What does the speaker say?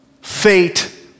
fate